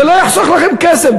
זה לא יחסוך לכם כסף.